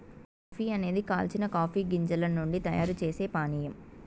coffee అనేది కాల్చిన coffee గింజల నుండి తయారు చేసే పానీయం